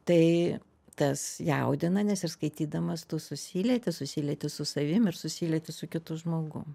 tai tas jaudina nes ir skaitydamas tu susilieti susilieti su savim ir susilieti su kitu žmogum